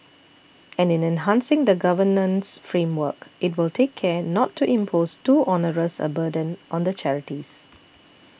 and in enhancing the governance framework it will take care not to impose too onerous a burden on the charities